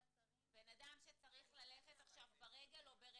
בן אדם שיש לו האפשרות ללכת ברגל או לנסוע